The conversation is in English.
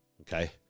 okay